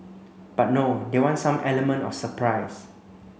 but no they want some element of surprise